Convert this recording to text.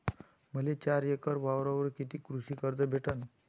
मले चार एकर वावरावर कितीक कृषी कर्ज भेटन?